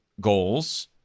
goals